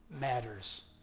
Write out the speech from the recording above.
matters